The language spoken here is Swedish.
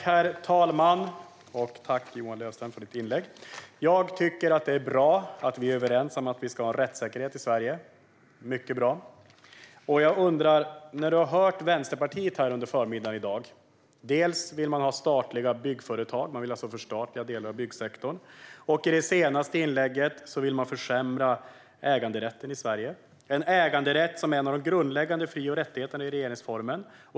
Herr talman! Tack, Johan Löfstrand, för ditt inlägg! Jag tycker att det är mycket bra att vi är överens om att vi ska ha en rättssäkerhet i Sverige. Vi har hört Vänsterpartiet under förmiddagen här i dag. Vänsterpartiet vill ha statliga byggföretag; man vill alltså förstatliga delar av byggsektorn. I det senaste inlägget hörde vi hur Vänsterpartiet vill försämra äganderätten i Sverige. Det är en äganderätt som är en av de grundläggande fri och rättigheterna i regeringsformen.